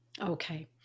okay